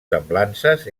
semblances